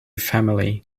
family